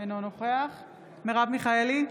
אינו נוכח מרב מיכאלי,